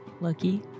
Lucky